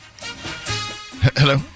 Hello